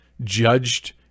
judged